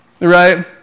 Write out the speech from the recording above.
right